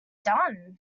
done